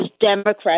Democrats